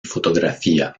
fotografía